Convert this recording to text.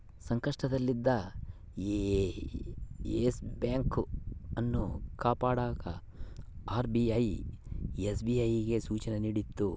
ಸಂಕಷ್ಟದಲ್ಲಿದ್ದ yes bank ಅನ್ನು ಕಾಪಾಡಕ ಆರ್.ಬಿ.ಐ ಎಸ್.ಬಿ.ಐಗೆ ಸೂಚನೆ ನೀಡಿತು